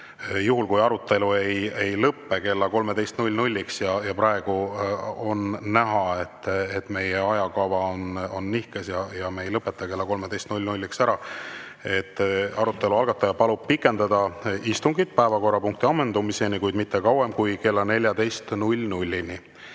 juhul, kui arutelu ei lõpe kella 13‑ks – praegu on näha, et meie ajakava on nihkes ja me ei lõpeta kella 13‑ks ära –, pikendada istungit päevakorrapunkti ammendumiseni, kuid mitte kauem kui kella 14‑ni.